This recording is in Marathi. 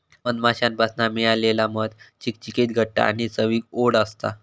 मधमाश्यांपासना मिळालेला मध चिकचिकीत घट्ट आणि चवीक ओड असता